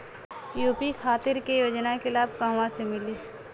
UP खातिर के योजना के लाभ कहवा से मिली?